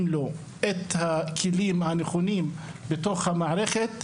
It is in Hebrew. לו את הכלים הנכונים בתוך המערכת,